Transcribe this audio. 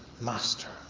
master